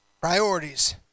priorities